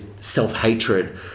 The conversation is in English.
self-hatred